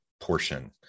portion